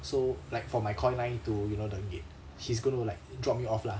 so like for my coy line to you know the gate he's gonna like drop me off lah